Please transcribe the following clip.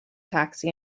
taxi